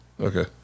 Okay